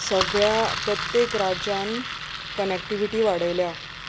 सगळ्या प्रत्येक राज्यान कनॅक्टिविटी वाडयल्या